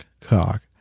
cock